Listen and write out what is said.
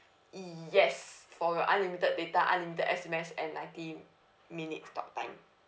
yes for your unlimited data unlimited S_M_S and ninety minutes talk time